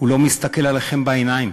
הוא לא מסתכל עליכם בעיניים,